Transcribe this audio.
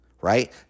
right